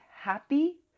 happy